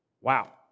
Wow